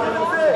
נשמעה.